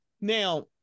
now